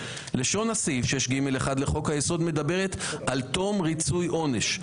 לשון סעיף 6(ג)(1) לחוק היסוד מדברת על תום ריצוי עונש,